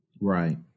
Right